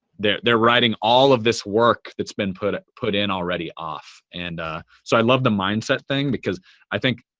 they're they're writing all of this work that's been put ah put in already off. and so i love the mindset thing because i think,